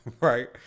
right